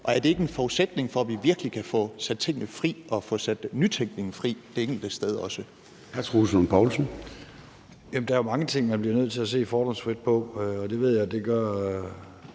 og er det ikke en forudsætning for, at vi virkelig kan få sat tingene fri og også få sat nytænkningen fri det enkelte sted? Kl.